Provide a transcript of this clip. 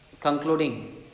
concluding